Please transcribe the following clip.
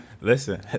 Listen